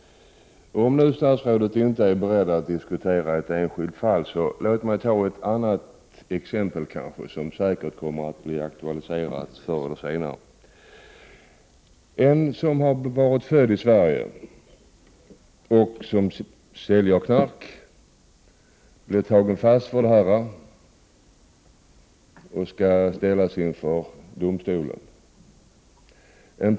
Om nu statsrådet inte är beredd att diskutera ett enskilt fall, så låt mig ta ett exempel som säkert kommer att bli aktualiserat förr eller senare. En person är född i Sverige, säljer knark och blir fasttagen för detta samt skall ställas inför domstol.